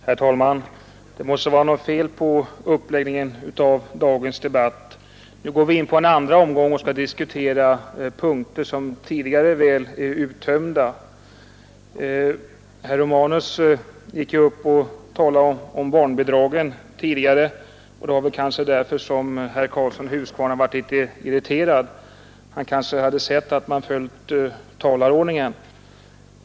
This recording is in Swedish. Herr talman! Det måste vara något fel på uppläggningen av dagens debatt. Nu går vi in på en andra omgång och skall diskutera punkter som tidigare väl är uttömda. Herr Romanus gick upp och talade om barnbidragen. Det var väl därför som herr Karlsson i Huskvarna blev litet irriterad. Han kanske hade sett att man följt debattplanen.